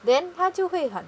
then 他就会很